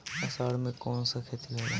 अषाढ़ मे कौन सा खेती होला?